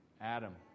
Adam